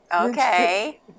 Okay